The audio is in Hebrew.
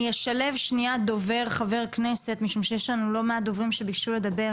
אני אשלב שניה דובר ח"כ משום שיש לנו לא מעט דוברים שביקשו לדבר,